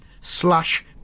slash